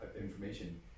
information